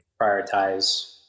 prioritize